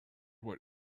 what